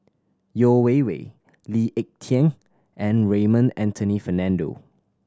Yeo Wei Wei Lee Ek Tieng and Raymond Anthony Fernando